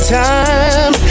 time